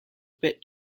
bit